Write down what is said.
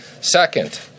Second